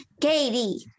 Katie